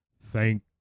thank